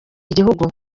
igihugu